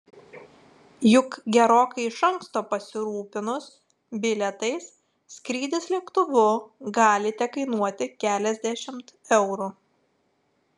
juk gerokai iš anksto pasirūpinus bilietais skrydis lėktuvu gali tekainuoti keliasdešimt eurų